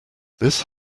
this